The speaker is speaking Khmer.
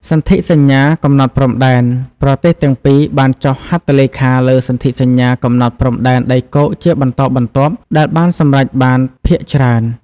សន្ធិសញ្ញាកំណត់ព្រំដែន ប្រទេសទាំងពីរបានចុះហត្ថលេខាលើសន្ធិសញ្ញាកំណត់ព្រំដែនដីគោកជាបន្តបន្ទាប់ ដែលបានសម្រេចបានភាគច្រើន។